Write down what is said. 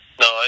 No